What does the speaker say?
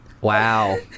Wow